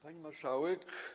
Pani Marszałek!